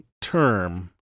term